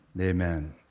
Amen